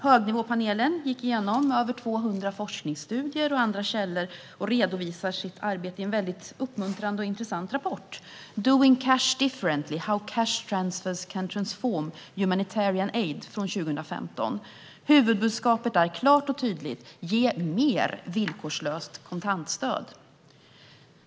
Högnivåpanelen gick igenom över 200 forskningsstudier och andra källor och redovisar sitt arbete i en mycket uppmuntrande och intressant rapport, Doing cash differently: how cash transfers can transform humanitarian aid , från 2015. Huvudbudskapet är klart och tydligt: Ge mer villkorslöst kontantstöd.